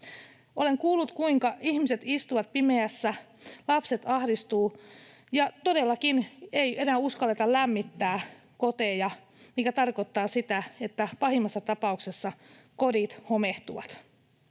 Olen kuullut, kuinka ihmiset istuvat pimeässä, lapset ahdistuvat, ja todellakin, ei enää uskalleta lämmittää koteja, mikä tarkoittaa sitä, että pahimmassa tapauksessa kodit homehtuvat.